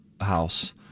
house